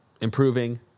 improving